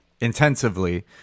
intensively